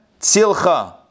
tzilcha